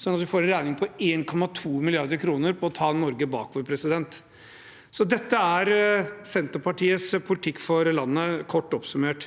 sånn at vi får en regning på 1,2 mrd. kr på å ta Norge bakover. Dette er Senterpartiets politikk for landet, kort oppsummert.